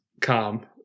calm